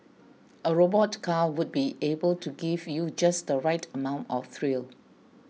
a robot car would be able give you just the right amount of thrill